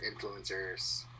influencers